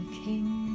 king